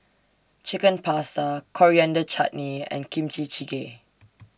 Chicken Pasta Coriander Chutney and Kimchi Jjigae